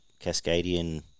Cascadian